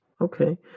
Okay